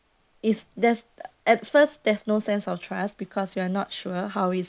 is there's at first there's no sense of trust because we are not sure how it's